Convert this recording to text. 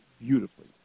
beautifully